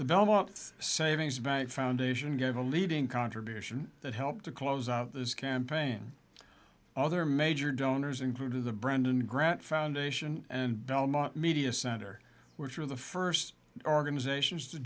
the belmont savings bank foundation gave a leading contribution that helped to close of this campaign other major donors and through the brendan grant foundation and belmont media center which are the first organizations to